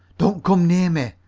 don't come near me,